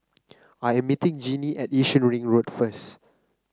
I am meeting Jeanie at Yishun Ring Road first